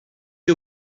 chi